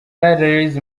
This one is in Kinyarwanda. aloys